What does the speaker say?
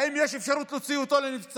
האם יש אפשרות להוציא אותו לנבצרות?